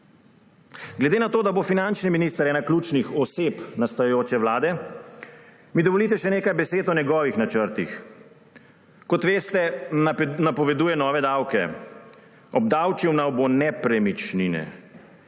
Glede na to, da bo finančni minister ena ključnih oseb nastajajoče vlade, mi dovolite še nekaj besed o njegovih načrtih. Kot veste, napoveduje nove davke. Obdavčil nam bo nepremičnine.